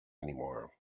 anymore